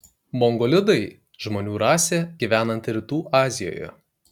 mongolidai žmonių rasė gyvenanti rytų azijoje